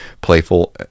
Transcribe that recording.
playful